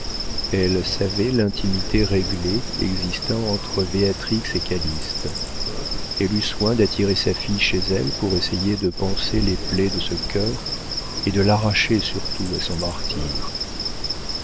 elle savait l'intimité réglée existant entre béatrix et calyste elle eut soin d'attirer sa fille chez elle pour essayer de panser les plaies de ce cœur et de l'arracher surtout à son martyre